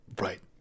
Right